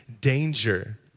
danger